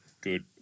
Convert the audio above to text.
good